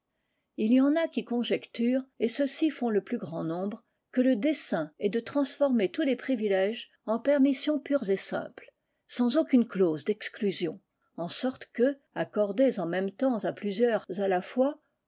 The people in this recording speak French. il y en a qui conjecturent et ceux-ci font le plus grand nombre que le dessein est de transformer tous les privilèges en permissions pures et simples sans aucune clause d'exclusion en sorte que accordées en même temps à plusieurs à la fois